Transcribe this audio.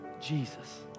Jesus